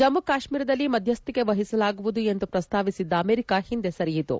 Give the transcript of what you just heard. ಜಮ್ನು ಕಾಶ್ವೀರದಲ್ಲಿ ಮಧ್ಯಸ್ಥಿಕೆ ವಹಿಸಲಾಗುವುದು ಎಂದು ಪ್ರಸ್ತಾವಿಸಿದ್ದ ಅಮೆರಿಕ ಹಿಂದೆ ಸರಿಯಿತು